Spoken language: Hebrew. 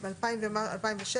ב-2006?